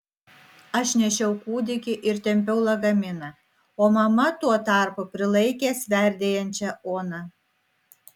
aš nešiau kūdikį ir tempiau lagaminą o mama tuo tarpu prilaikė sverdėjančią oną